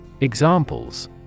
Examples